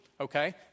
Okay